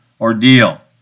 ordeal